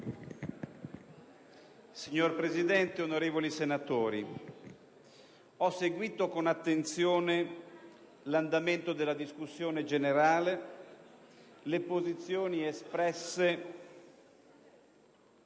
Signor Presidente, onorevoli Senatori, ho seguito con attenzione l'andamento della discussione generale e le posizioni espresse